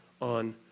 on